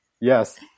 Yes